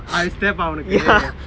I stab அவனுக்கு:avanukku